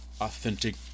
authentic